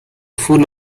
full